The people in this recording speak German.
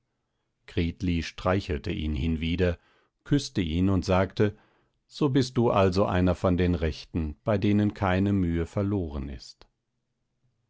streichelte ihn hinwieder küßte ihn und sagte so bist du also einer von den rechten bei denen keine mühe verloren ist